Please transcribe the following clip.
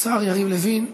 השר יריב לוין,